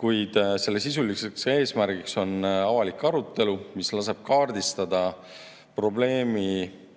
kuid selle sisuliseks eesmärgiks on avalik arutelu, mis laseb kaardistada probleemi